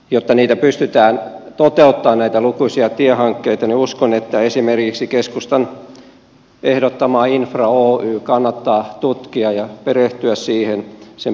jotta pystytään toteuttamaan näitä lukuisia tiehankkeita niin uskon että esimerkiksi keskustan ehdottamaa infra oytä kannattaa tutkia ja perehtyä sen perustamiseen